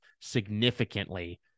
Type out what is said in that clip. significantly